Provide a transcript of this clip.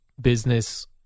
business